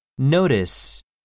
notice